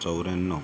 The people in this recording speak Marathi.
चौऱ्याण्णव